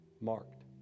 marked